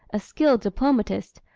a skilled diplomatist,